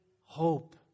hope